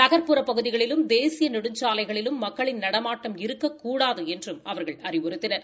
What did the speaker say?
நகா்புற பகுதிகளிலும் தேசிய நெடுஞ்சாலைகளிலும் மக்களின் நடமாட்டம் இருக்கக்கூடாது என்றும் அவர்கள் அறிவுறுத்தினர்